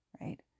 right